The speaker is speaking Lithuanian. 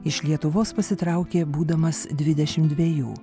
iš lietuvos pasitraukė būdamas dvidešim dvejų